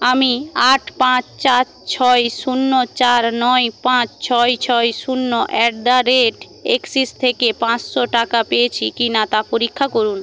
আমি আট পাঁচ চার ছয় শূন্য চার নয় পাঁচ ছয় ছয় শূন্য অ্যাট দ্য রেট অ্যাক্সিস থেকে পাঁচশো টাকা পেয়েছি কিনা তা পরীক্ষা করুন